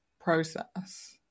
process